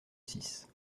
six